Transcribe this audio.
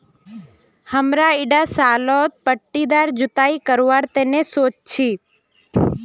हमरा ईटा सालत पट्टीदार जुताई करवार तने सोच छी